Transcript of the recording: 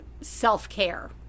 self-care